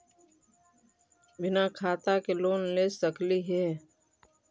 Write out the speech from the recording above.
बिना खाता के लोन ले सकली हे?